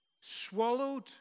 Swallowed